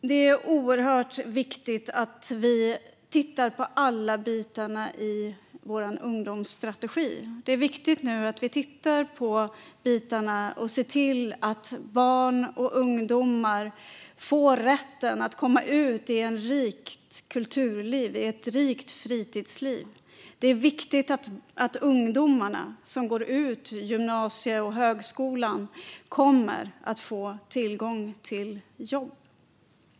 Det är oerhört viktigt att vi tittar på alla bitarna i vår ungdomsstrategi för att se till att barn och ungdomar får rätten att komma ut i ett rikt kultur och fritidsliv. Det är viktigt att ungdomarna som går ut gymnasium och högskola kommer att få tillgång till jobb.